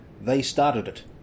they-started-it